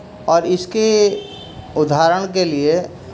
اور اس کی اداہرن کے لیے